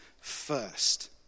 first